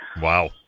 Wow